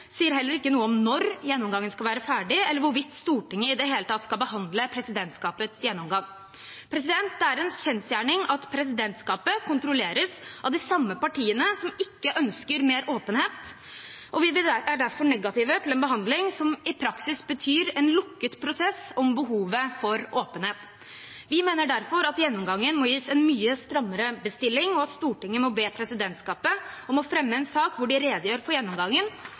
sier heller ikke noe om når gjennomgangen skal være ferdig, eller hvorvidt Stortinget i det hele tatt skal behandle presidentskapets gjennomgang. Det er en kjensgjerning at presidentskapet kontrolleres av de samme partiene som ikke ønsker mer åpenhet, og vi er derfor negative til en behandling som i praksis betyr en lukket prosess om behovet for åpenhet. Vi mener derfor at gjennomgangen må gis en mye strammere bestilling, og at Stortinget må be presidentskapet om å fremme en sak hvor de redegjør for gjennomgangen